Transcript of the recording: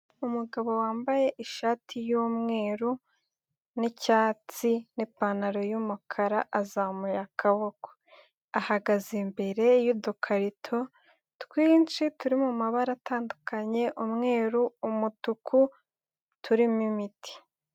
Umugabo wambaye ishati y'umweru nicyatsi n'ipantaro y'umukara azamuye akaboko, ahagaze imbere y'udukarito twinshi turi mu mabara atandukanye, umweru, umutuku turimo imiti.